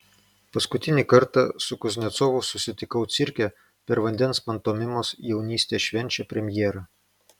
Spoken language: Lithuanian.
paskutinį kartą su kuznecovu susitikau cirke per vandens pantomimos jaunystė švenčia premjerą